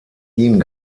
ihm